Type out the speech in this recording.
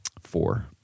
Four